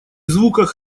звуках